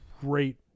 great